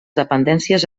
dependències